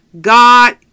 God